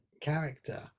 character